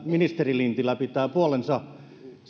ministeri lintilä pitää puolensa